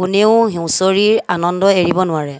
কোনেও হুঁচৰিৰ আনন্দ এৰিব নোৱাৰে